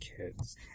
kids